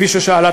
כפי ששאלת,